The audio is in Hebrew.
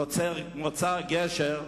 נוצר גשר,